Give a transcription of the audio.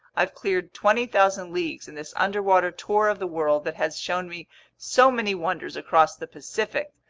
i've cleared twenty thousand leagues in this underwater tour of the world that has shown me so many wonders across the pacific,